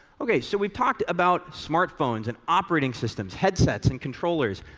okay. so we've talked about smartphones and operating systems, headsets and controllers.